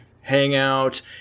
hangout